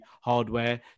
hardware